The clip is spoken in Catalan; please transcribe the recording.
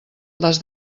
les